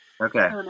Okay